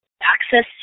Access